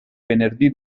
venerdì